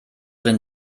denn